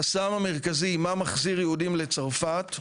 החסם המרכזי, מה מחזיר יהודים לצרפת,